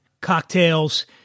cocktails